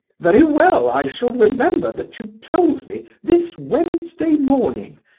very well, i shall remember that you told me this wednesday morning,